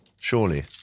Surely